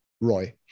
Roy